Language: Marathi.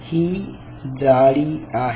ही जाडी आहे